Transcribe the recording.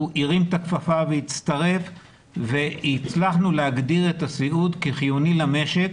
הרים את הכפפה והצטרף והצלחנו להגדיר את הסיעוד כחיוני למשק,